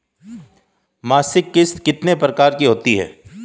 मासिक किश्त कितने प्रकार की होती है?